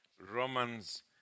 Romans